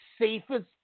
safest